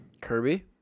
Kirby